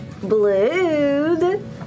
Blue